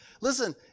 Listen